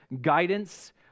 guidance